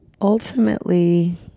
Ultimately